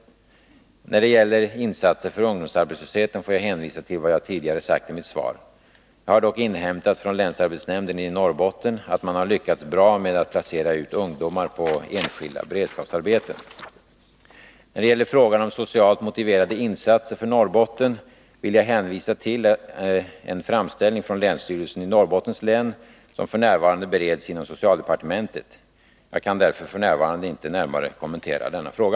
När det gäller insatser för ungdomsarbetslösheten får jag hänvisa till vad jag tidigare sagt i mitt svar. Jag har dock inhämtat från länsarbetsnämnden i Norrbotten att man har lyckats bra med att placera ut ungdomar på enskilda beredskapsarbeten. När det gäller frågan om socialt motiverade insatser för Norrbotten vill jag hänvisa till en framställning från länsstyrelsen i Norrbottens län, vilken f. n. bereds inom socialdepartementet. Jag kan av denna anledning i dag inte närmare kommentera denna fråga.